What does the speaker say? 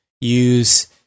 use